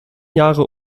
jahre